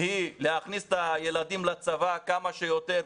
היא להכניס את הילדים לצבא כמה שיותר,